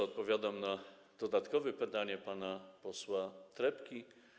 Odpowiadam na dodatkowe pytanie pana posła Trepki.